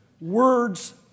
Words